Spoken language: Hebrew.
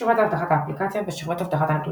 שכבת אבטחת האפליקציה, ושכבת אבטחת הנתונים.